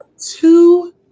two